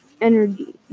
energy